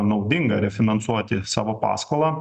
naudinga refinansuoti savo paskolą